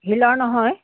হিলৰ নহয়